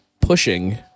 pushing –